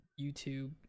YouTube